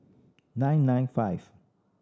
nine nine five